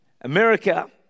America